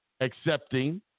accepting